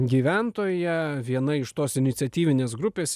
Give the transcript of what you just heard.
gyventoja viena iš tos iniciatyvinės grupės